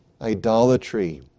idolatry